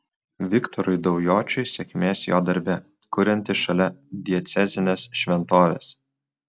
viktorui daujočiui sėkmės jo darbe kuriantis šalia diecezinės šventovės